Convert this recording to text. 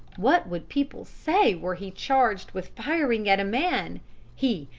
what would people say were he charged with firing at a man he,